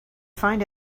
find